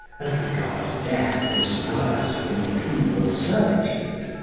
and regard death as worse than penal servitude,